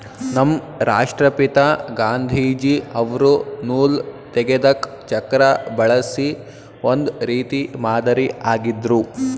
ನಮ್ ರಾಷ್ಟ್ರಪಿತಾ ಗಾಂಧೀಜಿ ಅವ್ರು ನೂಲ್ ತೆಗೆದಕ್ ಚಕ್ರಾ ಬಳಸಿ ಒಂದ್ ರೀತಿ ಮಾದರಿ ಆಗಿದ್ರು